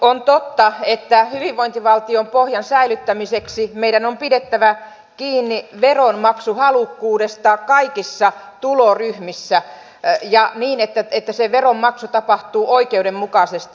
on totta että hyvinvointivaltion pohjan säilyttämiseksi meidän on pidettävä kiinni veronmaksuhalukkuudesta kaikissa tuloryhmissä ja niin että se veronmaksu tapahtuu oikeudenmukaisesti